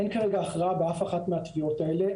אין כרגע הכרעה באף אחת מהתביעות האלה.